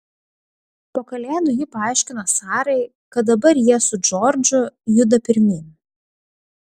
po kalėdų ji paaiškino sarai kad dabar jie su džordžu juda pirmyn